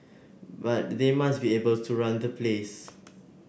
but they must be able to run the place